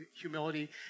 humility